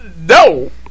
No